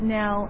now